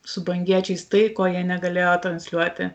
su bangiečiais tai ko jie negalėjo transliuoti